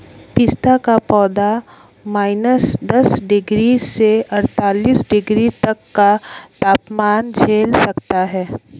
पिस्ता का पौधा माइनस दस डिग्री से अड़तालीस डिग्री तक का तापमान झेल सकता है